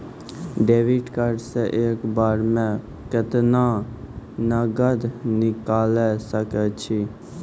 Debit card से एक बार मे केतना नगद निकाल सके छी?